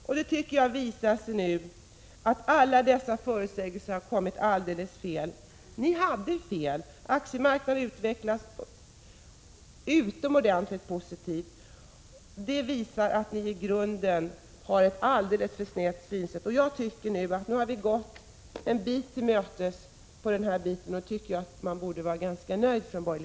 Jag tycker att det nu framgår att alla dessa förutsägelser har visat sig vara alldeles felaktiga. Ni hade fel. Aktiemarknaden har utvecklats utomordentligt positivt. Det visar att ni i grunden har ett alldeles för snävt synsätt. Jag tycker att vi nu har gått er en bit till mötes i den här frågan, och det borde man från borgerligheten vara ganska nöjd med.